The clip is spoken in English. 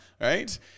right